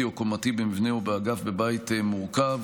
או קומתי טעונה הסכמה של מי שבבעלותם 60% מהדירות.